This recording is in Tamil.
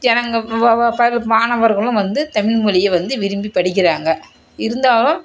ஜனங்க வா வா ப மாணவர்களும் வந்து தமிழ் மொழிய வந்து விரும்பி படிக்கிறாங்க இருந்தாலும்